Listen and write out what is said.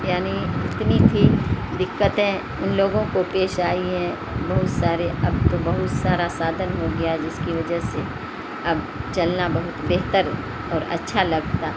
یعنی اتنی تھی دقتیں ان لوگوں کو پیش آئی ہیں بہت سارے اب تو بہت سارا سادھن ہو گیا جس کی وجہ سے اب چلنا بہت بہتر اور اچھا لگتا